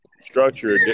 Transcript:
structure